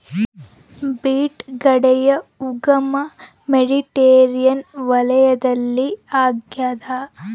beet ಗಡ್ಡೆಯ ಉಗಮ Mediterranean ವಲಯದಲ್ಲಿ ಆಗ್ಯಾದ